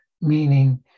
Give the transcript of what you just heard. Meaning